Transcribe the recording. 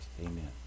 Amen